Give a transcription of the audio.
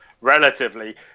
relatively